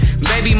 Baby